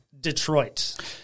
Detroit